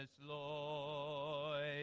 Lord